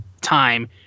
time